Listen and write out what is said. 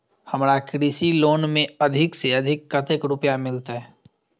हमरा कृषि लोन में अधिक से अधिक कतेक रुपया मिलते?